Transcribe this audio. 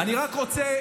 אני רק רוצה,